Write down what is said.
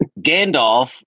Gandalf